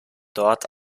dort